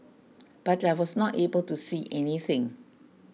but I was not able to see anything